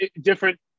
different